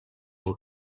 will